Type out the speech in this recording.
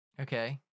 Okay